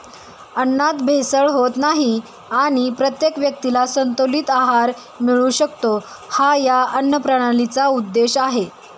अन्नात भेसळ होत नाही आणि प्रत्येक व्यक्तीला संतुलित आहार मिळू शकतो, हा या अन्नप्रणालीचा उद्देश आहे